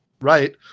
right